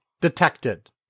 detected